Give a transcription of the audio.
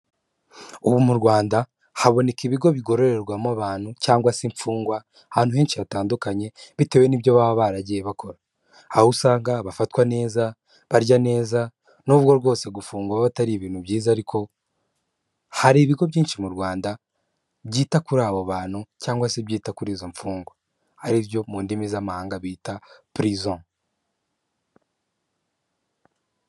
Ubu mu Rwanda haboneka ibigo bigororerwamo abantu, cyangwa se imfungwa ahantu henshi hatandukanye bitewe n'ibyo baba baragiye bakora, aho usanga bafatwa neza, barya neza n'ubwo rwose gufungwa aba atari ibintu byiza, ariko hari ibigo byinshi mu Rwanda byita kuri abo bantu cyangwa se byita kuri izo mfungwa, ari byo mu ndimi z'amahanga bita pirizo.